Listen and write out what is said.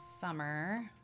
summer